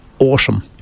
awesome